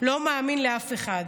לא מאמין לאף אחד